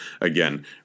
Again